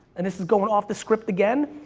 and this is going off the script again,